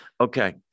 Okay